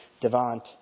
Devant